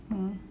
mm